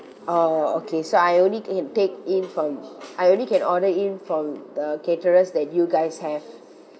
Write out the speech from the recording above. oh okay so I only can take in from I only can order in from the caterers that you guys have